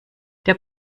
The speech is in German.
der